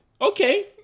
okay